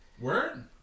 word